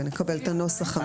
ונקבל את הנוסח המתוקן.